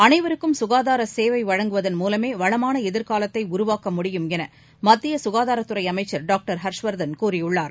அனைவருக்கும் சுகாதாரசேவைவழங்குவதன் மூலமேவளமானஎதிர்காலத்தைஉருவாக்க முடியும் மத்தியசுகாதாரத்துறைஅமைச்சர் டாக்டர் ஹர்ஷ் வர்தன் கூறியுள்ளார்